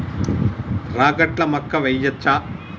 రాగట్ల మక్కా వెయ్యచ్చా?